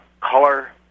color